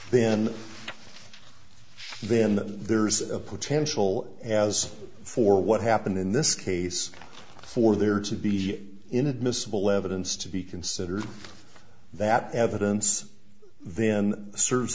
then then there's a potential as for what happened in this case for there to be inadmissible evidence to be considered that evidence then serves